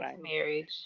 marriage